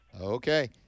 okay